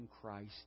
Christ